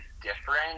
different